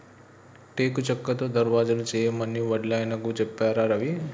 టేకు చెక్కతో దర్వాజలు చేయమని వడ్లాయనకు చెప్పారా రవి